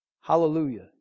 Hallelujah